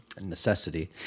Necessity